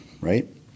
right